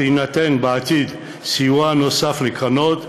שיינתן בעתיד סיוע נוסף לקרנות,